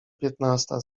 piętnasta